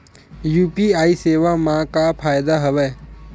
UPI सेवा मा का फ़ायदा हवे?